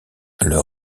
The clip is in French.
leur